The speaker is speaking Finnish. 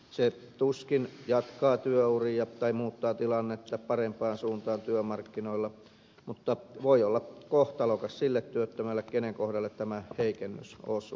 se tuskin jatkaa työuria tai muuttaa tilannetta parempaan suuntaan työmarkkinoilla mutta voi olla kohtalokas sille työttömälle jonka kohdalle tämä heikennys osuu